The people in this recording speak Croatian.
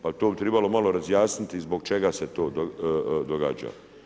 Pa bi to tribalo malo razjasniti zbog čega se to događa.